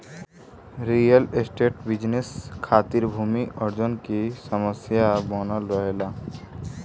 real estate business खातिर भूमि अर्जन की समस्या बनल रहेला